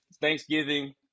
thanksgiving